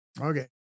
Okay